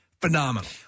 phenomenal